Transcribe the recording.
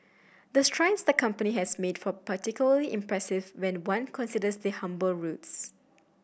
the strides the company has made for particularly impressive when one considers their humble roots